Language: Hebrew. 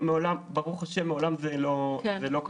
ברוך השם מעולם זה לא קרה,